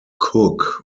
cook